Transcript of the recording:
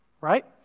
Right